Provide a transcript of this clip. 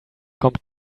kommt